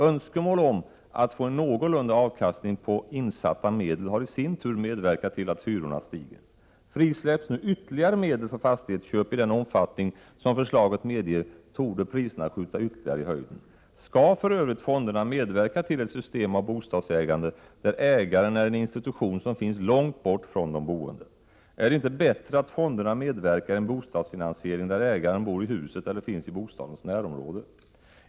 Önskemål om att få en någorlunda avkastning på insatta medel har i sin tur medverkat till att hyrorna stiger. Frisläpps nu ytterligare medel för fastighetsköp i den omfattning som förslaget medger torde priserna skjuta ännu mer i höjden. Skall för övrigt fonderna medverka till ett system av bostadsägande där ägaren är en institution som finns långt borta från de boende? Är det inte bättre att fonderna medverkar i en bostadsfinansiering där ägaren bor i huset eller finns i bostadens närområde?